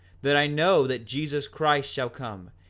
that i know that jesus christ shall come,